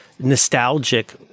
nostalgic